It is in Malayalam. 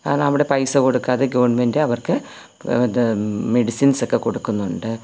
കാരണം അവിടെ പൈസ കൊടുക്കാതെ ഗവൺമെൻറ്റ് അവർക്ക് ഇത് മെഡിസിൻസൊക്കെ കൊടുക്കുന്നുണ്ട്